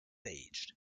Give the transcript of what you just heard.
age